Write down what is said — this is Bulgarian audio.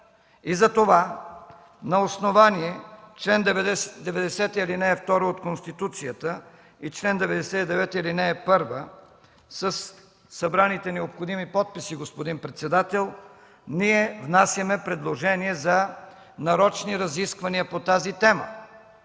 Затова на основание чл. 90, ал. 2 от Конституцията и чл. 99, ал. 1 със събраните необходими подписи, господин председател, ние внасяме предложение за нарочни разисквания по тази тема,